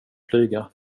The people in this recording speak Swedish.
flyga